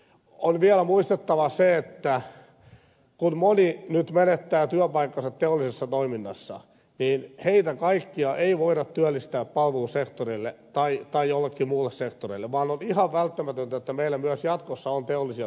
on vielä muistettava se että kun moni nyt menettää työpaikkansa teollisessa toiminnassa niin heitä kaikkia ei voida työllistää palvelusektorille tai joillekin muille sektoreille vaan on ihan välttämätöntä että meillä myös jatkossa on teollisia työpaikkoja